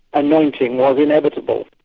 anointing was inevitable.